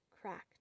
cracked